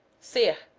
see ir,